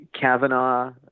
Kavanaugh